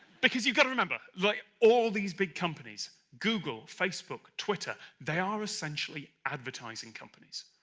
because you've got to remember, like all these big companies, google, facebook, twitter, they are essentially advertising companies.